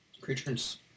Creature's